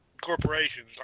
corporations